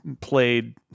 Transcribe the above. played